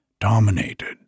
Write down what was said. dominated